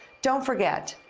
don't forget,